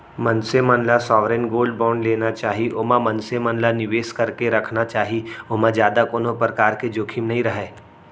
मनसे मन ल सॉवरेन गोल्ड बांड लेना चाही ओमा मनसे मन ल निवेस करके रखना चाही ओमा जादा कोनो परकार के जोखिम नइ रहय